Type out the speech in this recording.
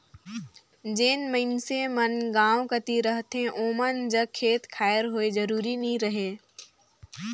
जेन मइनसे मन गाँव कती रहथें ओमन जग खेत खाएर होए जरूरी नी रहें